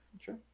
sure